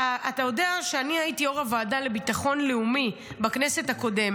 אתה יודע שאני הייתי יו"ר הוועדה לביטחון לאומי בכנסת הקודמת.